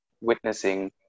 witnessing